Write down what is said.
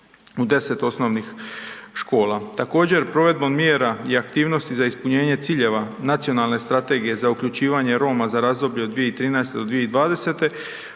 u 10 osnovnih škola. Također, provedbom mjera i aktivnosti za ispunjenje ciljeva nacionalne Strategije za uključivanje Roma za razdoblje od 2013. do 2020.,